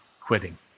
quitting